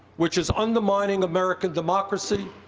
which is undermining american democracy,